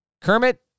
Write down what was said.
Kermit